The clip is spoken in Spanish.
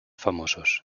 famosos